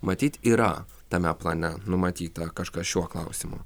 matyt yra tame plane numatyta kažkas šiuo klausimu